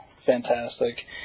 fantastic